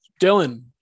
Dylan